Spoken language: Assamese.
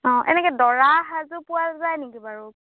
অঁ এনেকে দৰা সাজো পোৱা যায় নেকি বাৰু